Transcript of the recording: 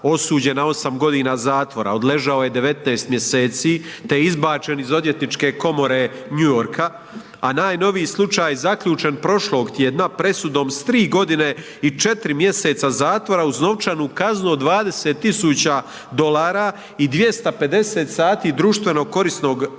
osuđen na osam godina zatvora, odležao je 19 mjeseci te je izbačen iz Odvjetničke komore New Yorka, a najnoviji slučaj zaključen prošlog tjedna presudom s tri godine i četiri mjeseca zatvora uz novčanu kaznu od 20.000 dolara i 250 sati društveno korisnog rada